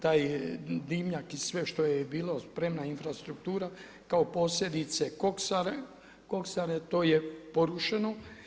Taj dimnjak i sve što je bilo spremna infrastruktura kao posljedice koksare to je porušeno.